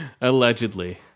Allegedly